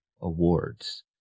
awards